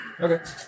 Okay